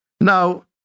Now